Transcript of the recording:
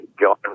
John